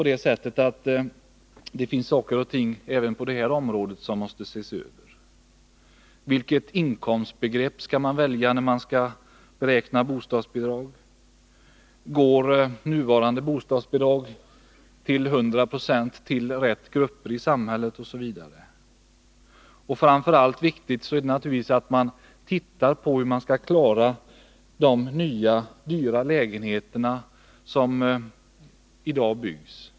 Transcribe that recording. Det finns säkerligen saker och ting även på det här området som måste ses över. Vilket inkomstbegrepp skall man välja när man skall beräkna bostadsbidrag? Går nuvarande bostadsbidrag till 100 96 till de rätta grupperna i samhället osv.? Framför allt är det naturligtvis viktigt att man ser på hur man skall klara de nya dyra lägenheterna som i dag byggs.